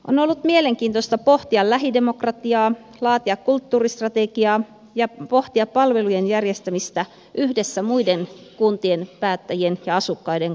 on ollut mielenkiintoista pohtia lähidemokratiaa laatia kulttuuristrategiaa ja pohtia palvelujen järjestämistä yhdessä muiden kuntien päättäjien ja asukkaiden kanssa